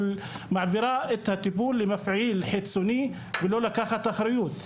מעבירה את הטיפול למפעיל חיצוני ולא לוקחת אחריות.